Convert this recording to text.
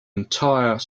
entire